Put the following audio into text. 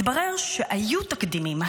התברר שהיו תקדימים,